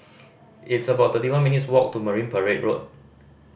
it's about thirty one minutes' walk to Marine Parade Road